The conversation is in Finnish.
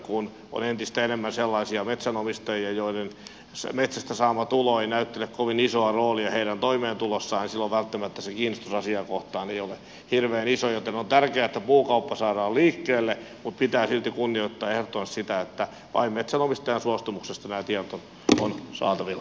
kun on entistä enemmän sellaisia metsänomistajia joiden metsästä saama tulo ei näyttele kovin isoa roolia heidän toimeentulossaan niin silloin välttämättä se kiinnostus asiaa kohtaan ei ole hirveän iso joten on tärkeää että puukauppa saadaan liikkeelle mutta pitää silti kunnioittaa ehdottomasti sitä että vain metsänomistajan suostumuksesta nämä tiedot ovat saatavilla